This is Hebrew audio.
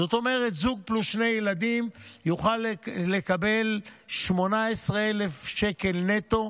זאת אומרת זוג פלוס שני ילדים יוכל לקבל 18,000 שקל נטו,